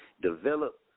Develop